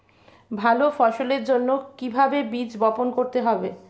ভালো ফসলের জন্য কিভাবে বীজ বপন করতে হবে?